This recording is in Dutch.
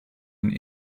een